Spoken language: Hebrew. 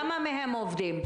כמה מהם עובדים?